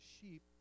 sheep